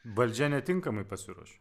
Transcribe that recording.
valdžia netinkamai pasiruošė